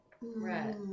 Right